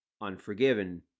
Unforgiven